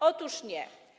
Otóż nie.